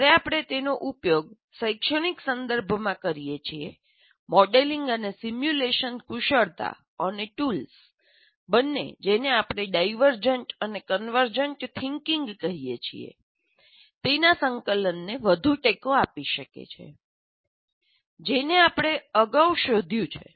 જ્યારે આપણે તેનો ઉપયોગ શૈક્ષણિક સંદર્ભમાં કરીએ છીએ મોડેલિંગ અને સિમ્યુલેશન કુશળતા અને ટૂલ્સ બંને જેને આપણે ડાયવર્જન્ટ અને કન્વર્જન્ટ થિંકિંગ કહીએ છીએ તેના સંકલનને વધુ ટેકો આપી શકે છે જેને આપણે અગાઉ શોધ્યું છે